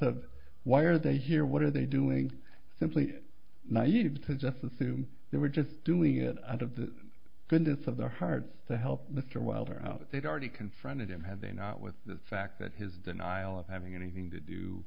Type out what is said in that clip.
of why are they here what are they doing simply naive to just assume they were just doing it out of the goodness of their hearts to help mr wilder out they've already confronted him have they not with the fact that his denial of having anything to do